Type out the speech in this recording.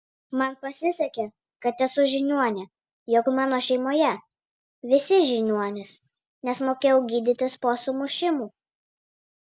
man pasisekė kad esu žiniuonė jog mano šeimoje visi žiniuonys nes mokėjau gydytis po sumušimų